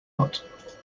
not